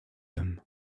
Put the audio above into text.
them